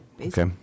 Okay